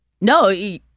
No